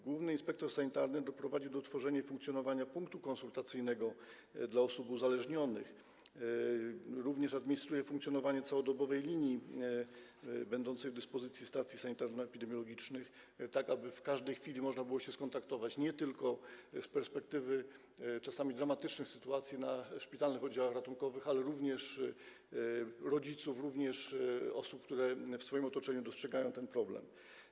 Główny Inspektor Sanitarny doprowadził do utworzenia i funkcjonowania punktu konsultacyjnego dla osób uzależnionych, administruje również funkcjonowaniem całodobowej linii będącej w dyspozycji stacji sanitarno-epidemiologicznych, tak aby w każdej chwili można było się skontaktować z perspektywy nie tylko czasami dramatycznych sytuacji na szpitalnych oddziałach ratunkowych, ale również rodziców, również osób, które w swoim otoczeniu dostrzegają ten problem.